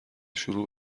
شروع